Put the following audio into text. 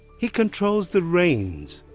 he controls the rains.